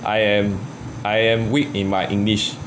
I am I am weak in my english